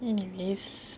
anyways